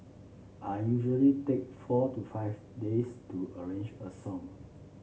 I usually take four to five days to arrange a song